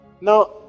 Now